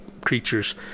creatures